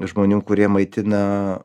žmonių kurie maitina